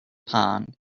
pond